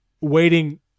waiting